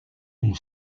une